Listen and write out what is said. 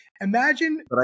Imagine